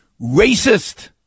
racist